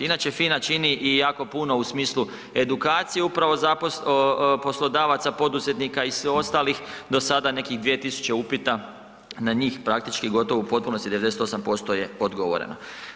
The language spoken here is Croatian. Inače FINA čini i jako puno u smislu edukacije upravo poslodavaca, poduzetnika i sve ostalih, do sada nekih 2000 upita na njih praktički gotovo u potpunosti 98% je odgovoreno.